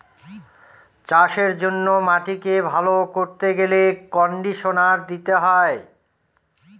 চাষের জন্য মাটিকে ভালো করতে গেলে কন্ডিশনার দিতে হয়